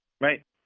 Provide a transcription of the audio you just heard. Right